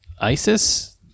ISIS